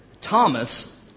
Thomas